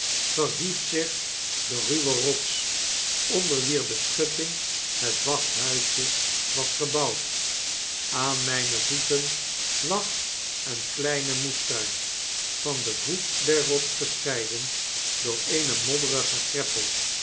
verhief zich de ruwe rots onder wier beschutting het wachthuisje was gebouwd aan myne voeten lag een kleine moestuin van den voet der rots gescheiden door eene modderige greppel